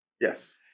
Yes